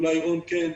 אולי רון כן,